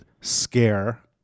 scare